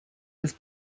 was